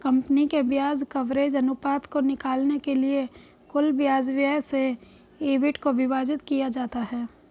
company के ब्याज coverage अनुपात को निकालने के लिए कुल ब्याज व्यय से ईबिट को विभाजित किया जाता है